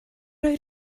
roi